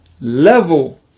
level